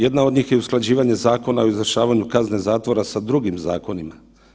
Jedna od njih je usklađivanje Zakona o izvršavanju kazne zatvora sa drugim zakonima.